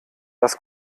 das